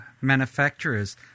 manufacturers